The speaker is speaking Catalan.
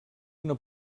una